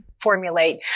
formulate